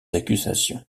accusations